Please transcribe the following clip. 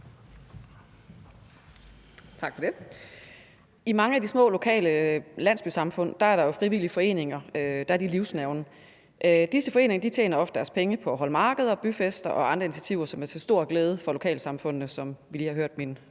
I mange af de små lokale landsbysamfund er de frivillige foreninger livsnerven. Disse foreninger tjener ofte deres penge på at holde markeder, byfester og andre initiativer, som er til stor glæde for lokalsamfundene, som vi lige har hørt min